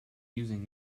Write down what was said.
using